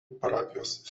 parapijos